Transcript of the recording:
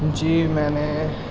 جی میں نے